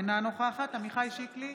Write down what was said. אינה נוכחת עמיחי שיקלי,